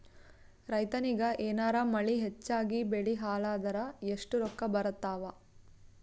ರೈತನಿಗ ಏನಾರ ಮಳಿ ಹೆಚ್ಚಾಗಿಬೆಳಿ ಹಾಳಾದರ ಎಷ್ಟುರೊಕ್ಕಾ ಬರತ್ತಾವ?